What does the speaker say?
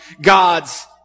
God's